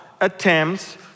attempts